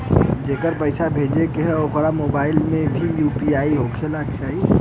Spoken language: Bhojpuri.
जेके पैसा भेजे के ह ओकरे मोबाइल मे भी यू.पी.आई होखे के चाही?